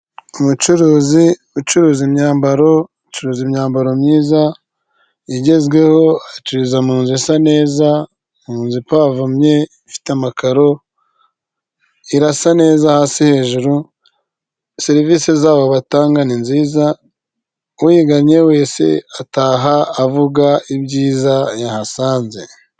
Umucuruzi ucuruza imyambaro ,acuruza imyambaro myiza igezweho acuruza mu nzu isa neza inzu ipavomye, ifite amakaro irasa neza hasi hejuru serivisi zabo batanga ni nziza uyiganye wese ataha avuga ibyiza yahasanze .